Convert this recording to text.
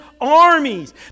armies